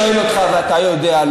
אבל אני שואל אותך ואתה הלוא יודע.